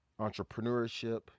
entrepreneurship